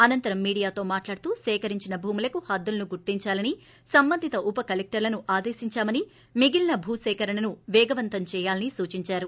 అనంతరం మీడియాతో మాట్లాడుతూ సేకరించిన భూములకు హద్దులను గుర్తించాలని సంబంధిత ఉప కలెక్షర్లను ఆదేశించామని మిగిలిన భూసేకరణను పేగవంతం చేయాలని సూచించారు